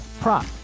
prop